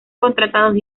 contratados